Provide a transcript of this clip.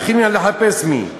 צריך לחפש מי.